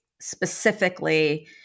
specifically